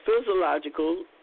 physiological